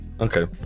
Okay